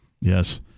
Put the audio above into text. Yes